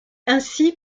ainsi